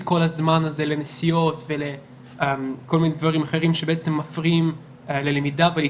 כל הזמן הזה לנסיעות כל מיני דברים אחרים שבעצם מפריעים ללמידה ובעצם